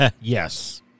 Yes